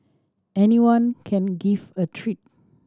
anyone can give a treat